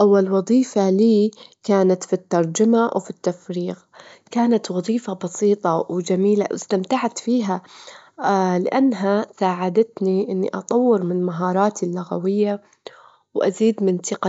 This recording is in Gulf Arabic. أول سؤال أسأله له أجله، شنو أكتر شي يهمك في حياتك؟ تاني سؤال أسأله شنو الشي اللي تحس إنك تحققه في المستقبل وتبي توصل له في الوقت